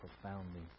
profoundly